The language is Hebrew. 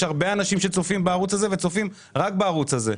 הרבה אנשים שצופים בערוץ הזה ורק בערוץ הזה.